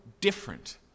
different